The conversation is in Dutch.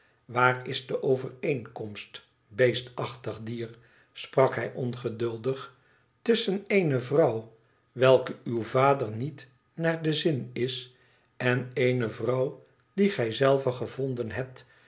waar is de overeenkomst beestachtig dier sprak hij ongeduldig tusschen eene vrouw welke uw vader niet naar den zin is en eene vrouw die gij zelve gevonden hebt